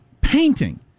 painting